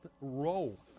role